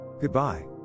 Goodbye